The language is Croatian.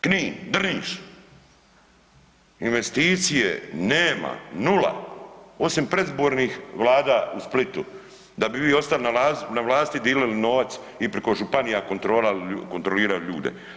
Knin, Drniš investicije nama, nula, osim predizbornih vlada u Splitu da bi vi ostali na vlasti dilili novac i preko županija kontrolirali ljude.